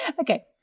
Okay